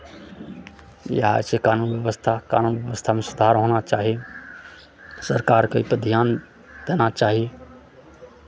इएह छै कानून व्यवस्था कानून व्यवस्थामे सुधार होना चाही सरकारकेँ ओहिपर ध्यान देना चाही